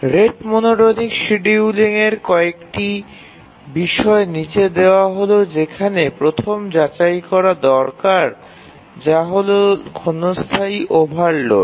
rate monotonic শিডিয়ুলিংয়ের কয়েকটি বিষয় নীচে দেওয়া হল যেখানে প্রথম যাচাই করা দরকার ক্ষণস্থায়ী ওভারলোড